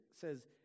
says